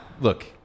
look